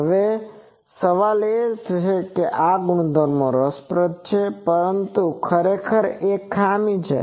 હવે સવાલ એ છે કે આ ગુણધર્મો રસપ્રદ છે પરંતુ આ ખરેખર એક ખામી છે